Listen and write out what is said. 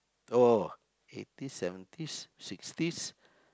oh eight piece seven pieces six piece